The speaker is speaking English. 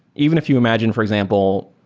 even if you imagine, for example,